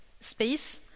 space